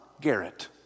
Garrett